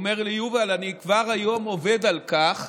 הוא אומר לי: יובל, אני כבר היום עובד על כך,